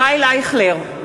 (קוראת בשמות חברי הכנסת) ישראל אייכלר,